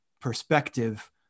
perspective